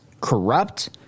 corrupt